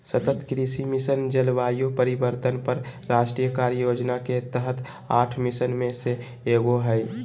सतत कृषि मिशन, जलवायु परिवर्तन पर राष्ट्रीय कार्य योजना के तहत आठ मिशन में से एगो हइ